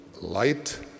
light